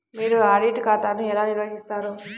మీరు ఆడిట్ ఖాతాను ఎలా నిర్వహిస్తారు?